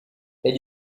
elle